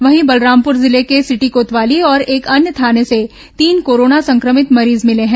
वहीं बलरामपुर जिले के सिटी कोतवाली और एक अन्य थाने से तीन कोरोना संक्रमित मरीज मिले हैं